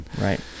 Right